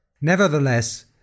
Nevertheless